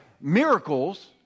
miracles